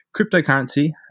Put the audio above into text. cryptocurrency